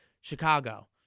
Chicago